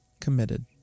committed